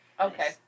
Okay